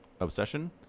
obsession